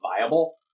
viable